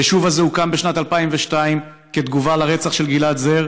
היישוב הזה הוקם בשנת 2002 כתגובה לרצח של גלעד זר,